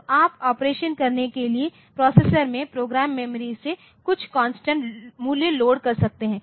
तो आप ऑपरेशन करने के लिए प्रोसेसर में प्रोग्राम मेमोरी से कुछ कांस्टेंट मूल्य लोड कर सकते हैं